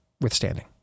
withstanding